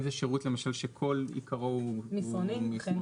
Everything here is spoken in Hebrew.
גם אם זה שירות למשל שכל עיקרו הוא מסרונים.